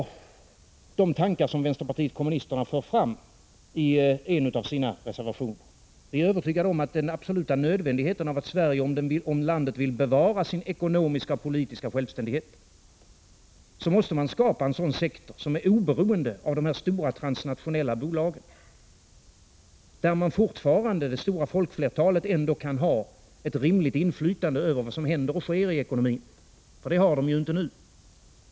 De tankarna för vänsterpartiet kommunisterna fram i en av sina reservationer. Vi är övertygade om den absoluta nödvändigheten av att Sverige, om landet vill bevara sin ekonomiska och politiska självständighet, skapar en sådan sektor som är oberoende av de stora transnationella bolagen. Där skulle folkets flertal fortfarande kunna ha ett rimligt inflytande över vad som händer och sker i ekonomin — det har de inte nu.